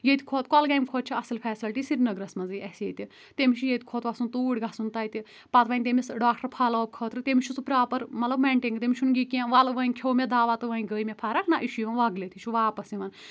ییٚتہِ کھۄتہٕ کۄلگامۍ کھۄتہٕ چھِ اصٕل فیسَلٹی سرینگرَس منٛزٕے اسہِ ییتہِ تٔمِس چھُ ییٚتہِ کہِ کھۄتہٕ وَسُن توٗرۍ گژھُن تَتہِ پتہٕ وَنہِ تٔمِس ڈاکٹر فالو اَپ خٲطرٕ تٔمِس چھُ سُہ پراپر مطلب مینٹین تٔمِس چھُنہٕ یہِ کیٚنٛہہ وَلہٕ وۄنۍ کھیٚو مے دَوا تہٕ گے مے فرق نہ یہِ چھُ یِوان وَگلِتھ یہِ چھُ واپَس یوان